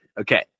Okay